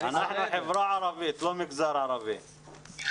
אתם רואים שבתחום של י' עד